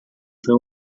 foi